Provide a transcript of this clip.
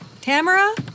Tamara